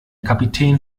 kapitän